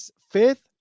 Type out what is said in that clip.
fifth